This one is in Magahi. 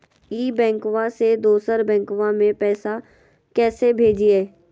ई बैंकबा से दोसर बैंकबा में पैसा कैसे भेजिए?